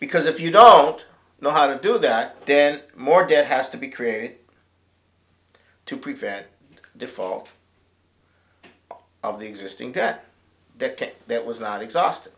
because if you don't know how to do that then more debt has to be created to prevent the default of the existing debt that that was not exhausted